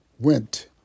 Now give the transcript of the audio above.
Went